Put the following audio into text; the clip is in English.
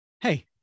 Hey